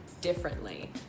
differently